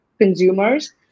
consumers